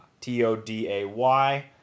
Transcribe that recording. T-O-D-A-Y